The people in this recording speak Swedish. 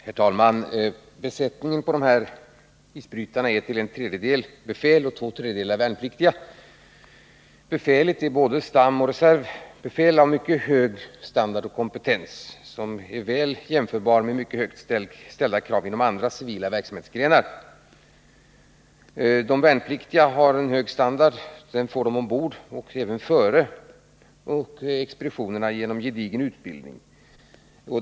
Herr talman! Besättningen på de här isbrytarna är till en tredjedel befäl och två tredjedelar värnpliktiga. Befälet är både stamanställda och reservare, och det är befäl som har mycket hög standard och kompetens, som väl svarar för mycket högt ställda krav inom olika civila verksamhetsgrenar. De värnpliktiga har en hög standard, som de får genom gedigen utbildning både ombord och före expeditionerna.